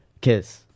kiss